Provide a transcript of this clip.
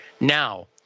now